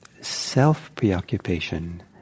self-preoccupation